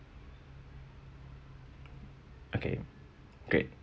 okay great